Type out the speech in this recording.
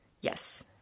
Yes